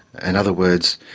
and other words,